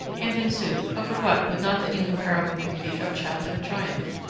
and, in sooth, over what would not the incomparable beauty of childhood triumph?